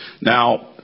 Now